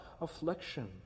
affliction